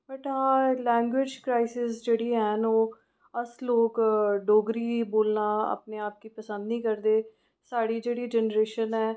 but हां language crisis जेह्ड़ी हैन ओह् अस लोक डोगरी बोलना अपने आप गी पसंद निं करदे साढ़ी जेह्ड़ी जैनरेशन ऐ